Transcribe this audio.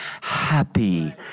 happy